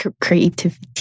Creativity